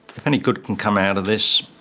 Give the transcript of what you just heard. if any good can come out of this,